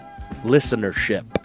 listenership